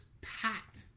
packed